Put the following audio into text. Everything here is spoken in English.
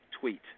tweet